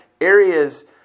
areas